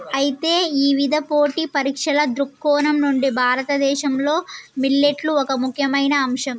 అయితే ఇవిధ పోటీ పరీక్షల దృక్కోణం నుండి భారతదేశంలో మిల్లెట్లు ఒక ముఖ్యమైన అంశం